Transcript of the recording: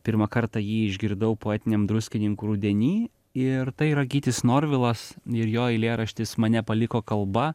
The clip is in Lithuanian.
pirmą kartą jį išgirdau poetiniam druskininkų rudeny ir tai yra gytis norvilas ir jo eilėraštis mane paliko kalba